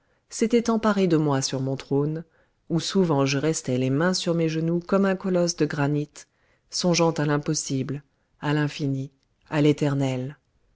s'était emparé de moi sur mon trône où souvent je restais les mains sur mes genoux comme un colosse de granit songeant à l'impossible à l'infini à l'éternel